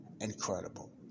incredible